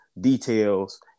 details